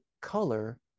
color